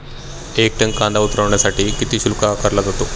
एक टन कांदा उतरवण्यासाठी किती शुल्क आकारला जातो?